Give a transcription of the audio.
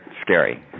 scary